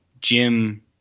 Jim